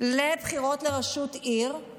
לבחירות לראשות עירייה